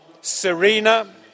Serena